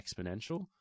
exponential